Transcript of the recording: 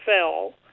fell